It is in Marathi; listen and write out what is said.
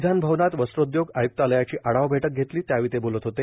विधानभवनात वस्त्रोदयोग आयुक्तालयाची आढावा बैठक घेतली त्यावेळी ते बोलत होते